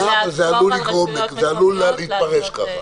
אין כוונה, אבל זה עלול להתפרש כך.